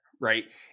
right